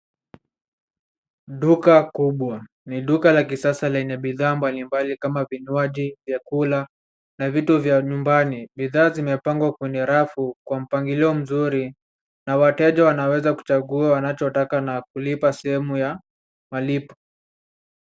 Duka kubwa. Ni duka la kisasa lenye bidhaa mbalimbali kama vinywaji, vyakula na vitu vya nyumbani. Bidhaa zimepangwa kwenye rafu kwa mpangilio mzuri na wateja wanaweza kuchagua wanachotaka na kulipa sehemu ya malipo.